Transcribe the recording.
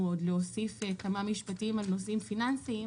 להוסיף כמה משפטים על נושאים פיננסיים,